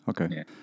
Okay